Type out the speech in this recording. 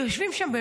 יושבים שם,